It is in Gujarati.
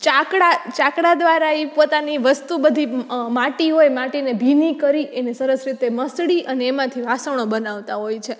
ચાકડા ચાકડા દ્વારા ઈ પોતાની વસ્તુ બધી માટી હોય માટીને ભીની કરી એને સરસ રીતે મસળી અને એમાંથી વાસણો બનાવતાં હોય છે